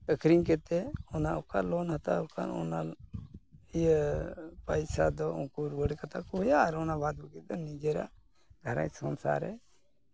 ᱟ ᱠᱷᱨᱤᱧ ᱠᱟᱛᱮ ᱚᱱᱟ ᱚᱠᱟ ᱞᱳᱱ ᱦᱟᱛᱟᱣ ᱟᱠᱟᱱ ᱚᱱᱟ ᱯᱚᱭᱥᱟ ᱫᱚ ᱩᱱᱠᱩ ᱨᱩᱣᱟᱹᱲ ᱠᱟᱛᱟ ᱠᱚ ᱦᱩᱭᱩᱜᱼᱟ ᱟᱨ ᱚᱱᱟ ᱵᱟᱫ ᱵᱟᱹᱠᱤ ᱫᱚ ᱱᱤᱡᱮᱨᱟᱜ ᱫᱟᱨᱟᱭ ᱥᱚᱝᱥᱟᱨ ᱨᱮ